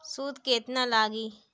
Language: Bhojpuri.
सूद केतना लागी?